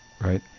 Right